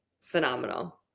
phenomenal